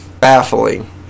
Baffling